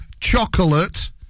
chocolate